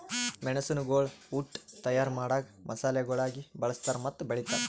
ಮೆಣಸುಗೊಳ್ ಉಟ್ ತೈಯಾರ್ ಮಾಡಾಗ್ ಮಸಾಲೆಗೊಳಾಗಿ ಬಳ್ಸತಾರ್ ಮತ್ತ ಬೆಳಿತಾರ್